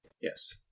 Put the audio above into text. Yes